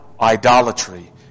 idolatry